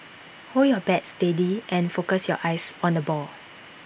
hold your bat steady and focus your eyes on the ball